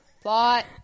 plot